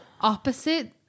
opposite